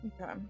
Okay